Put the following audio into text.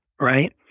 Right